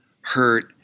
hurt